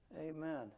amen